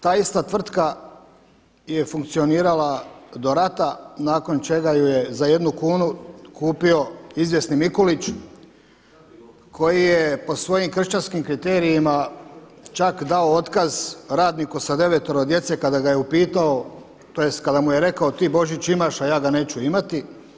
Ta ista tvrtka je funkcionirala do rata nakon čega ju je za jednu kunu kupio izvjesni Mikulić koji je po svojim kršćanskim kriterijima čak dao otkaz radniku sa 9 djece kada ga je upitao, tj. kada mu je rekao ti Božić imaš, a ja ga neću imati.